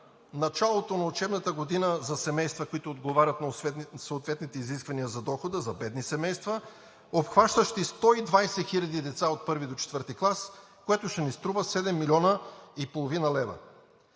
началото на учебната година за семейства, които отговарят на съответните изисквания за дохода – за бедни семейства, обхващащи 120 хиляди деца от първи до четвърти клас, което ще ни струва 7 млн. 500 хил. лв.